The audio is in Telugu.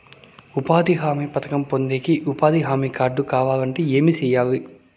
ఉపాధి హామీ పథకం పొందేకి ఉపాధి హామీ కార్డు కావాలంటే ఏమి సెయ్యాలి?